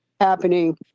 happening